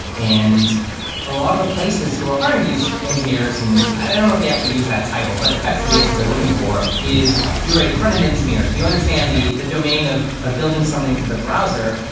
and a lot of the places who are hiring these engineers and i don't know if they actually use that title, but effectively it's what they're looking for is you're a front-end engineer, so you understand the the domain of of building something for the browser,